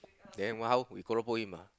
then what how we keropok him ah